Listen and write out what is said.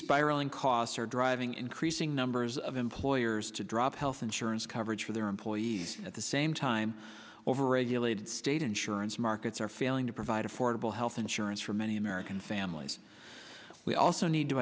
spiraling costs are driving increasing numbers of employers to drop health insurance coverage for their employees at the same time overregulated state insurance markets are failing to provide affordable health insurance for many american families we also need to